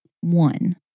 one